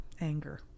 anger